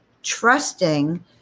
trusting